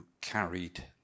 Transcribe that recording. carried